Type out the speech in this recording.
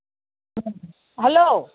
hello